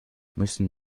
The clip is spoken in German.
müssen